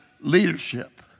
leadership